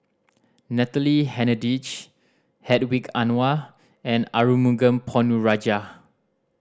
Natalie Hennedige Hedwig Anuar and Arumugam Ponnu Rajah